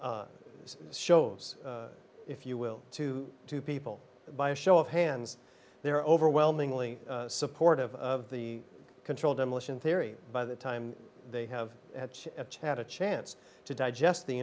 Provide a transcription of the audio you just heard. shows if you will to two people by a show of hands they are overwhelmingly supportive of the controlled demolition theory by the time they have had a chance to digest the